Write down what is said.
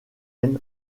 end